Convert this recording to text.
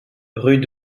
rue